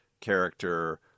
character